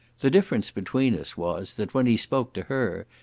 the difference between us was, that when he spoke to her,